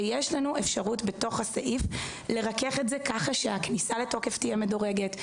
ויש לנו אפשרות בתוך הסעיף לרכך את זה ככה שהכניסה לתוקף תהיה מדורגת,